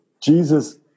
Jesus